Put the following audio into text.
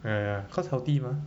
ya ya ya cause healthy mah